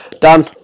Dan